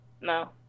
No